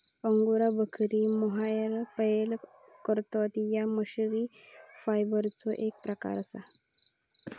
angora बकरी mohair पैदा करतत ता कश्मिरी फायबरचो एक प्रकार असा